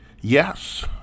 yes